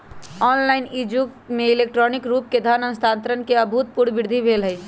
online के इ जुग में इलेक्ट्रॉनिक रूप से धन के स्थानान्तरण में अभूतपूर्व वृद्धि भेल हइ